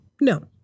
No